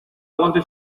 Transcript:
aguante